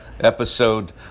episode